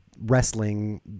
wrestling